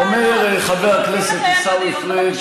ואומר חבר הכנסת עיסאווי פריג' בדיון,